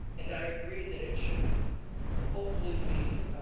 and i agree that it should hopefully be,